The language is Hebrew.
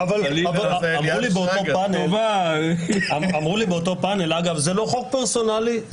פאנל: זה לא חוק פרסונלי,